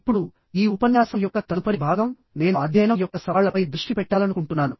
ఇప్పుడు ఈ ఉపన్యాసం యొక్క తదుపరి భాగం నేను అధ్యయనం యొక్క సవాళ్లపై దృష్టి పెట్టాలనుకుంటున్నాను